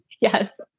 Yes